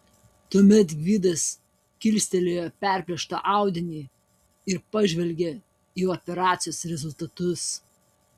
tuomet gvidas kilstelėjo perplėštą audinį ir pažvelgė į operacijos rezultatus